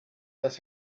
das